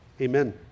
Amen